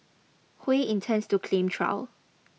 Hui intends to claim trial